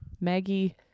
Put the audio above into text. Maggie